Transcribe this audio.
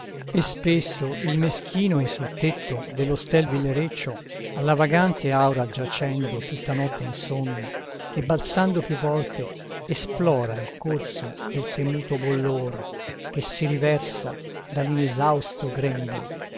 e spesso il meschino in sul tetto dell'ostel villereccio alla vagante aura giacendo tutta notte insonne e balzando più volte esplora il corso del temuto bollor che si riversa dall'inesausto grembo